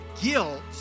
guilt